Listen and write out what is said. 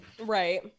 right